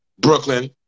Brooklyn